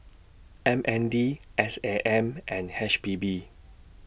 M N D S A M and H P B